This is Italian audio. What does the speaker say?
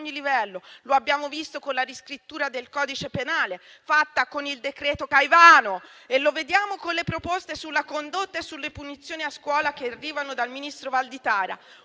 livello. Lo abbiamo visto con la riscrittura del codice penale, fatta con il decreto Caivano, e lo vediamo con le proposte sulla condotta e sulle punizioni a scuola che arrivano dal ministro Valditara,